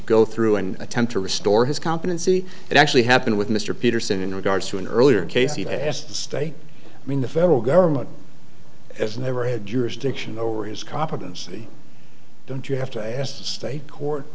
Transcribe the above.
go through an attempt to restore his competency that actually happened with mr peterson in regards to an earlier casey has the state i mean the federal government has never had jurisdiction over his competency don't you have to ask the state court